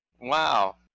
wow